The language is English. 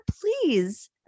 please